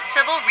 Civil